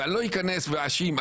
ואני לא אכנס ואאשים,